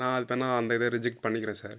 நான் அதுபேர்ன்னா அந்த இதே ரிஜெக்ட் பண்ணிக்கிறேன் சார்